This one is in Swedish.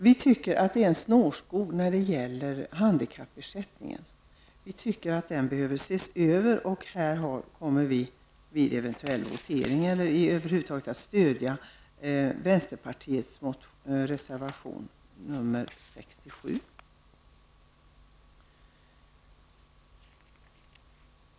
Vi tycker att det är en snårskog när det gäller handikappersättningen. Den behöver ses över, och vi kommer att stödja vänsterpartiets reservation nr 67.